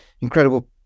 Incredible